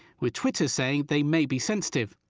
with twitter saying they may be sensitve.